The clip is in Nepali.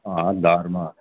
धर्म